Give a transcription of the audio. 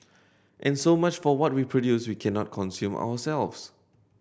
and so much for what we produce we cannot consume ourselves